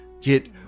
get